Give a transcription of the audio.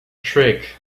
trick